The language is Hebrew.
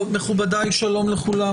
מכובדיי, שלום לכולם.